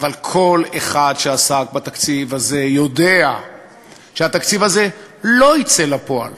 אבל כל אחד שעסק בתקציב הזה יודע שהתקציב הזה לא יצא לפועל.